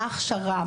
מה ההכשרה,